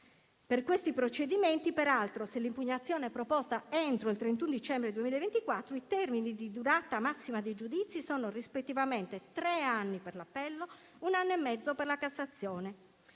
Per questi procedimenti, peraltro, se l'impugnazione è proposta entro il 31 dicembre 2024, i termini di durata massima dei giudizi sono rispettivamente tre anni per l'appello e un anno e mezzo per la Cassazione.